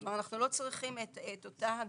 אנחנו לא צריכים את אותה הגנה,